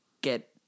get